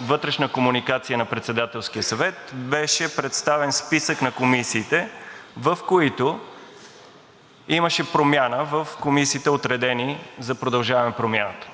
вътрешна комуникация на Председателския съвет беше представен списък на комисиите, в които имаше промяна в комисиите, отредени за „Продължаваме Промяната“.